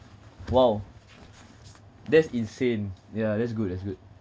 !wow! that's insane ya that's good that's good